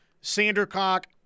Sandercock